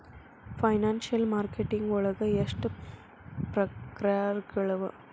Financial marketing ವಳಗ ಎಷ್ಟ್ ಪ್ರಕ್ರಾರ್ಗಳವ?